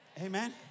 Amen